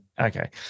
Okay